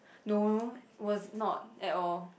no was not at all